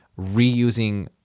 reusing